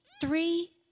three